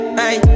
hey